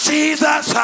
Jesus